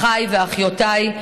אחיי ואחיותיי,